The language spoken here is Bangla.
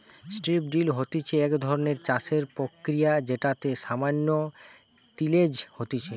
স্ট্রিপ ড্রিল হতিছে এক ধরণের চাষের প্রক্রিয়া যেটাতে সামান্য তিলেজ হতিছে